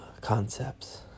concepts